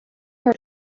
here